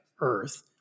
Earth